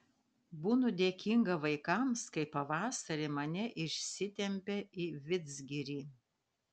būnu dėkinga vaikams kai pavasarį mane išsitempia į vidzgirį